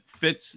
fits